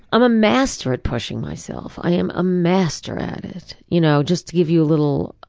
i'm a master at pushing myself, i am a master at it. you know just to give you a little